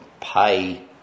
pay